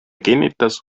kinnitas